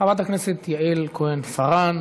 חברת הכנסת יעל כהן-פארן,